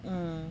mm